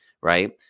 right